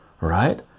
right